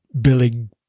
billing